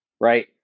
right